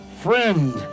friend